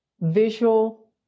visual